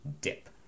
dip